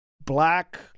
black